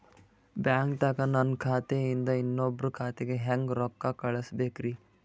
ಬ್ಯಾಂಕ್ದಾಗ ನನ್ ಖಾತೆ ಇಂದ ಇನ್ನೊಬ್ರ ಖಾತೆಗೆ ಹೆಂಗ್ ರೊಕ್ಕ ಕಳಸಬೇಕ್ರಿ?